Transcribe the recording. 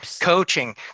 coaching